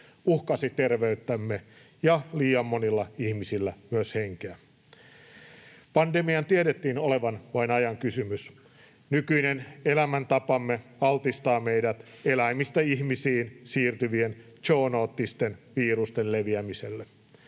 uhkasi terveyttämme ja liian monilla ihmisillä myös henkeä. Pandemian tiedettiin olevan vain ajan kysymys. Nykyinen elämäntapamme altistaa meidät eläimistä ihmisiin siirtyvien zoonoottisten virusten leviämiselle.